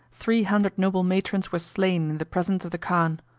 three hundred noble matrons were slain in the presence of the khan.